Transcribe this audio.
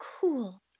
Cool